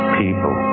people